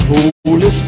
Holy